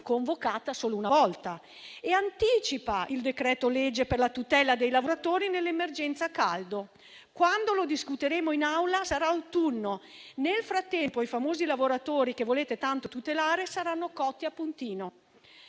convocata solo una volta. Anticipa altresì il decreto-legge per la tutela dei lavoratori nell'emergenza caldo, che sarà discusso in Assemblea in autunno. Nel frattempo i famosi lavoratori che volete tanto tutelare saranno cotti a puntino.